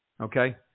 Okay